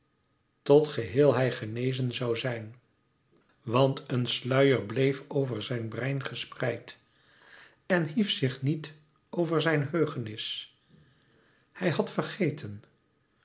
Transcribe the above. tot geheel hij genezen zoû zijn want een sluier bleef over zijn brein gespreid en hief zich niet over zijn heugenis hij had vergeten